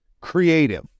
creative